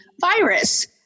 virus